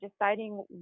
deciding